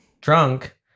Drunk